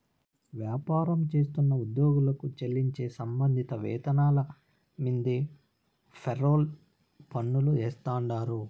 వ్యాపారం చేస్తున్న ఉద్యోగులకు చెల్లించే సంబంధిత వేతనాల మీన్దే ఫెర్రోల్ పన్నులు ఏస్తాండారు